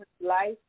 life